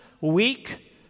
weak